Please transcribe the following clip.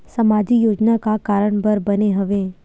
सामाजिक योजना का कारण बर बने हवे?